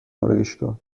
آرایشگاه